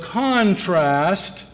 contrast